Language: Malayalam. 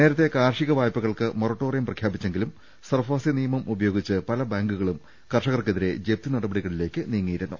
നേരത്തെ കാർഷിക വായ്പകൾക്ക് മൊറട്ടോറിയം പ്രഖ്യാപിച്ചെങ്കിലും സർഫാസി നിയമം ഉപയോഗിച്ച് പല ബാങ്കുകളും കർഷകർക്കെതിരെ ജപ്തി നടപടികളിലേക്ക് നീങ്ങിയിരുന്നു